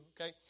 okay